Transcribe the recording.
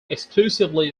exclusively